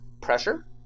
pressure